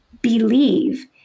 believe